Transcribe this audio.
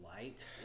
light